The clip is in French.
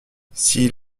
s’il